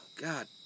God